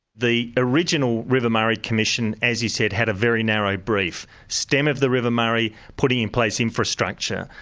the original river murray commission, as you said, had a very narrow brief stem of the river murray, putting in place infrastructure,